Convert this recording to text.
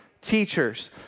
teachers